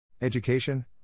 Education